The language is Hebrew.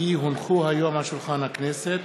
כי הונחו היום על שולחן הכנסת,